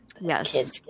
Yes